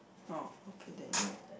oh okay then